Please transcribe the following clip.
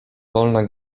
wolna